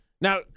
Now